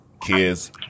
kids